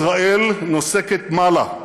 ישראל נוסקת מעלה,